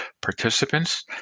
participants